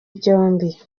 byombi